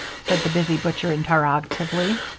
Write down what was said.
said the busy butcher, interrogatively.